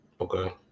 Okay